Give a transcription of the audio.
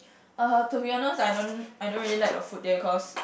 uh to be honest I don't I don't really like the food there cause